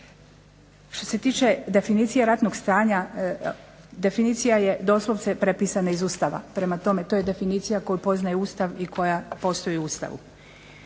Što se tiče definicije ratnog stanja, definicija je doslovce prepisana iz Ustava. Prema tome, to je definicija koju poznaje Ustav i koja postoji u Ustavu.